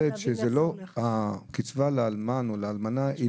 שהקצבה לאלמן או לאלמנה,